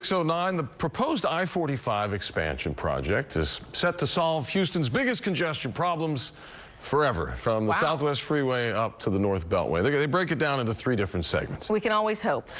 so nine. the proposed i forty five expansion project is set to solve houston's biggest congestion problems forever from the southwest freeway up to the north beltway. they they break it down into three different segments. we can always hope.